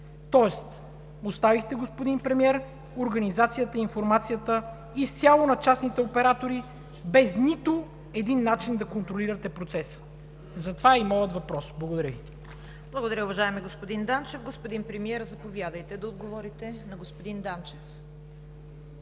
тоест оставихте, господин Премиер, организацията и информацията изцяло на частните оператори без нито един начин да контролирате процеса. Затова е и моят въпрос. Благодаря Ви. ПРЕДСЕДАТЕЛ ЦВЕТА КАРАЯНЧЕВА: Благодаря, уважаеми господин Данчев. Господин Премиер, заповядайте да отговорите на господин Данчев.